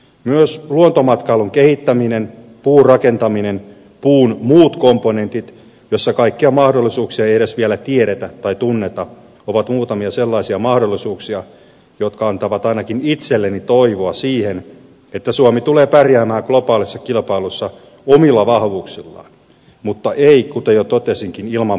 myös luontomatkai lun kehittäminen puurakentaminen puun muut komponentit joissa kaikkia mahdollisuuksia ei edes vielä tiedetä tai tunneta ovat muutamia sellaisia mahdollisuuksia jotka antavat ainakin itselleni toivoa siihen että suomi tulee pärjäämään globaalissa kilpailussa omilla vahvuuksillaan mutta ei kuten jo totesinkin ilman panostuksia